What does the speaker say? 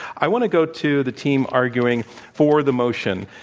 i want to go to the team arguing for the motion.